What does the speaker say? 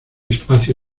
espacio